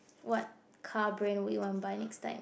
what car brand would you want to buy next time